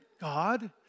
God